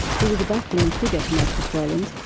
he was a baffling figure to most australians,